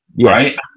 right